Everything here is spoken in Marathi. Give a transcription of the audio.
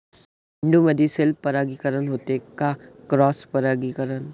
झेंडूमंदी सेल्फ परागीकरन होते का क्रॉस परागीकरन?